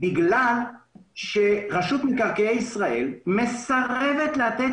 בגלל שרשות מקרקעי ישראל מסרבת לתת